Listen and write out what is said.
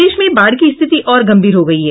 प्रदेश में बाढ़ की स्थिति और गंभीर हो गयी है